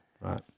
Right